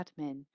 admin